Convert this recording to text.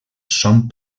són